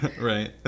Right